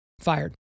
fired